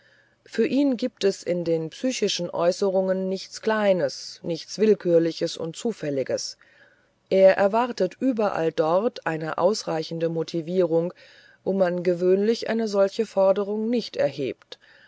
für ihn gibt es in den psychischen äußerungen nichts kleines nichts willkürliches und zufälliges er erwartet überall dort eine ausreichende motivierung wo man gewöhnlich eine solche forderung nicht erhebt